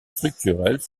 structurelles